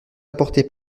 apporté